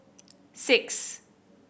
six